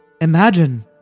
imagine